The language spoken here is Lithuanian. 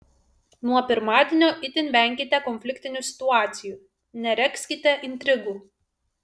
nuo pirmadienio itin venkite konfliktinių situacijų neregzkite intrigų